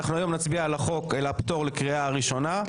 אנחנו היום נצביע על פטור לקריאה ראשונה,